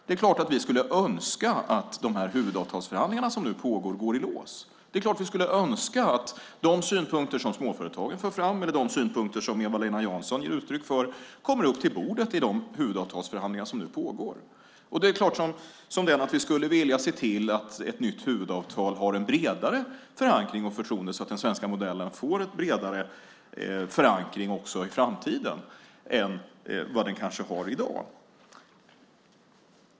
Det är klart att vi skulle önska att de huvudavtalsförhandlingar som pågår går i lås. Det är klart att vi skulle önska att de synpunkter som småföretagen för fram eller de synpunkter som Eva-Lena Jansson ger uttryck för kommer upp på bordet i de huvudavtalsförhandlingar som nu pågår. Det är klart att vi skulle vilja se till att ett nytt huvudavtal har en bredare förankring och ett bredare förtroende så att den svenska modellen får en bredare förankring i framtiden än vad den kanske har i dag.